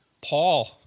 Paul